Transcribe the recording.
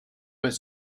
was